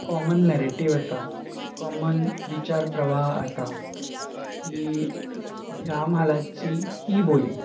common narrative आसा common विचार प्रवाह आसा की ह्या म्हालाची ही बोली